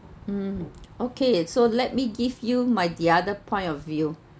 mm okay so let me give you my the other point of view